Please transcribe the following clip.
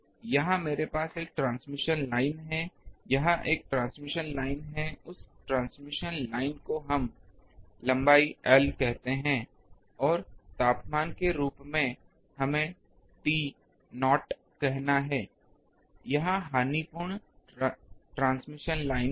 यहां मेरे पास एक ट्रांसमिशन लाइन है यह एक ट्रांसमिशन लाइन है उस ट्रांसमिशन लाइन को हम लंबाई l कहते हैं और एक तापमान के रूप में हमें T0 कहना है यह हानिपूर्ण ट्रांसमिशन लाइन है